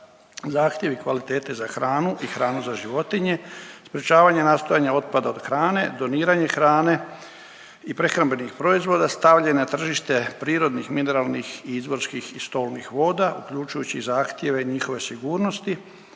zahtjevi kvalitete za hranu i hranu za životinje, sprječavanje nastajanja otpada od hrane, doniranje hrane i prehrambenih proizvoda, stavljanje na tržište prirodnih mineralnih, .../Govornik se ne razumije./... i stolnih voda, uključujući i zahtjeve njihove sigurnosti,